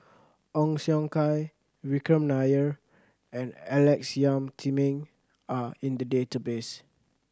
Ong Siong Kai Vikram Nair and Alex Yam Ziming are in the database